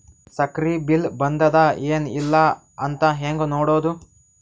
ಸಕ್ರಿ ಬಿಲ್ ಬಂದಾದ ಏನ್ ಇಲ್ಲ ಅಂತ ಹೆಂಗ್ ನೋಡುದು?